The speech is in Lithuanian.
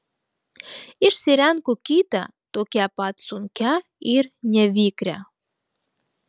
išsirenku kitą tokią pat sunkią ir nevikrią